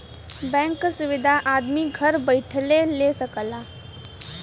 bank क सुविधा आदमी घर बैइठले ले सकला